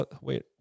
wait